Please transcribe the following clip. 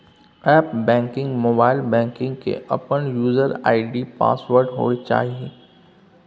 app banking, mobile banking के अपन user ID password होय चाहिए